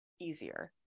easier